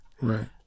right